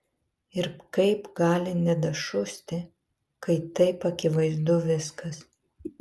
ir kaip gali nedašusti kai taip akivaizdu viskas